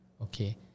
Okay